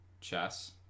Chess